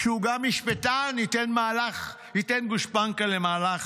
שהוא גם משפטן, ייתן גושפנקה למהלך